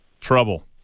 trouble